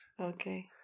Okay